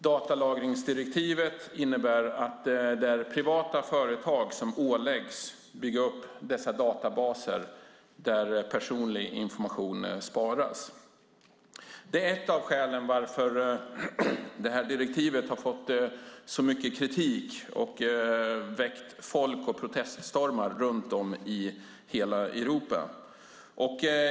Datalagringsdirektivet innebär att privata företag åläggs att lägga upp databaser där personlig information sparas. Det är ett av skälen till att det här direktivet har fått så mycket kritik och väckt folk och proteststormar runt om i hela Europa.